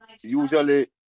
usually